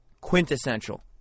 quintessential